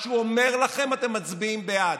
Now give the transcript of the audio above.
מה שהוא אומר לכם אתם מצביעים בעד.